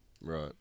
Right